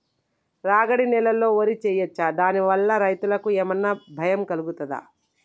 రాగడి నేలలో వరి వేయచ్చా దాని వల్ల రైతులకు ఏమన్నా భయం కలుగుతదా?